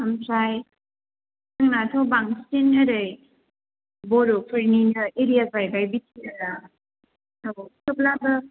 ओमफ्राय जोंनाथ' बांसिन ओरै बर'फोरनिनो एरिया जाहैबाय बिटिआर आ थेवब्लाबो